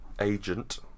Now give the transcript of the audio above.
Agent